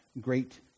great